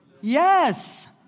yes